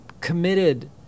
committed